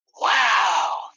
Wow